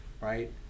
right